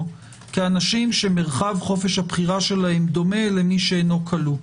כאנשים שמרחב חופש הבחירה שלהם דומה למי שאינו כלוא.